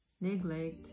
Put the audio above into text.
neglect